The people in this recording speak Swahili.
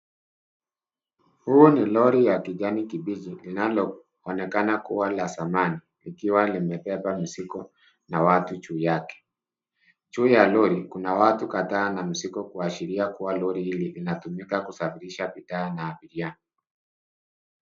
Huo ni lori la kijani kibichi linaloonekana kuwa la zamani likiwa limebeba watu na mizigo juu yake, juu ya lori kuna watu na mizigo kadhaa kuashiria kuwa lori hili linatumika kusafirisha bidhaa na abiria.